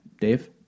Dave